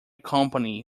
company